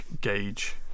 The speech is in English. gauge